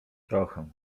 trochę